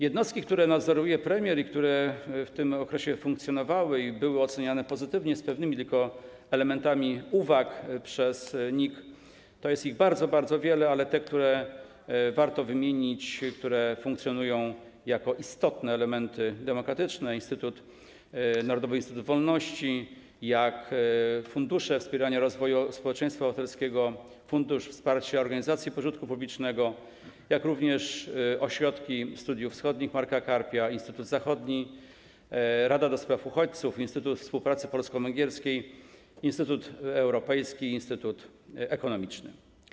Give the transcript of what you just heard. Jednostek, które nadzoruje premier, a które w tym okresie funkcjonowały i były pozytywnie oceniane przez NIK, z pewnymi tylko elementami uwag, jest bardzo, bardzo wiele, ale te, które warto wymienić, które funkcjonują jako istotne elementy demokratyczne, to Narodowy Instytut Wolności, Fundusz Wspierania Rozwoju Społeczeństwa Obywatelskiego, Fundusz Wspierania Organizacji Pożytku Publicznego, jak również Ośrodek Studiów Wschodnich im. Marka Karpia, Instytut Zachodni, Rada do Spraw Uchodźców, Instytut Współpracy Polsko-Węgierskiej, Instytut Europejski, Polski Instytut Ekonomiczny.